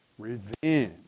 Revenge